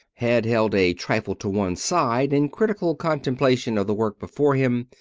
head held a trifle to one side in critical contemplation of the work before him,